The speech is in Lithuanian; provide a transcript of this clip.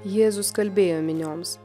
jėzus kalbėjo minioms